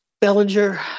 bellinger